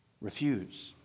Refuse